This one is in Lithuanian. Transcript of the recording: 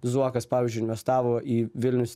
zuokas pavyzdžiui investavo į vilnius